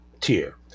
tier